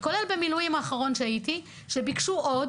כולל במילואים האחרונים שהייתי, ביקשו עוד